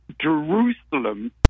Jerusalem